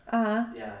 (uh huh)